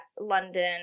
London